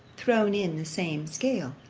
thrown in the same scale.